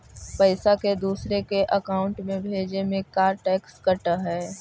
पैसा के दूसरे के अकाउंट में भेजें में का टैक्स कट है?